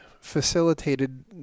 facilitated